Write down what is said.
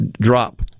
drop